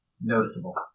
noticeable